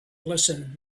listen